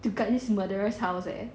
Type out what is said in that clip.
to guard this murderer's house eh